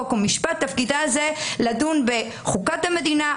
חוק ומשפט תפקידה לדון ב"חוקת המדינה,